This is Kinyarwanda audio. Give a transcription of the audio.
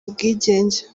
ubwigenge